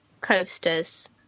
coasters